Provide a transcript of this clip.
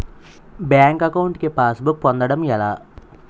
Bank account కి passbook పొందడం ఎలా?